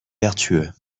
vertueux